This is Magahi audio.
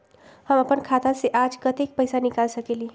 हम अपन खाता से आज कतेक पैसा निकाल सकेली?